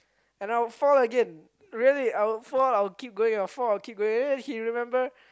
and I'll fall again really I would fall I'll keep going I'll fall I'll keep going and he remember